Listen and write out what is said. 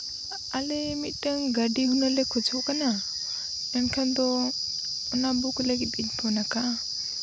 ᱟᱞᱮ ᱦᱩᱱᱟᱹᱝ ᱢᱤᱫᱴᱟᱹᱱ ᱜᱟᱹᱰᱤ ᱦᱩᱱᱟᱹᱝ ᱞᱮ ᱠᱷᱚᱡᱚᱜ ᱠᱟᱱᱟ ᱮᱱᱠᱷᱟᱱ ᱫᱚ ᱚᱱᱟ ᱵᱩᱠ ᱞᱟᱹᱜᱤᱫ ᱜᱤᱧ ᱯᱷᱳᱱ ᱠᱟᱜᱼᱟ